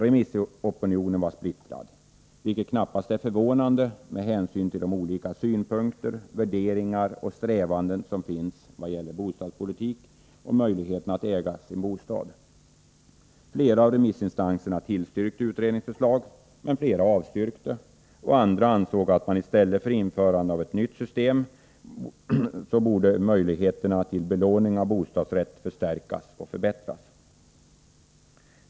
Remissopinionen var splittrad, vilket knappast är förvånande med hänsyn till de olika synpunkter, värderingar och strävanden som finns vad gäller bostadspolitik och möjligheterna att äga sin bostad. Flera av remissinstanserna tillstyrkte utredningens förslag, men flera avstyrkte. Andra ansåg att man i stället för att införa ett nytt system borde förstärka och förbättra möjligheterna till belåning av bostadsrätt.